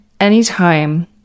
anytime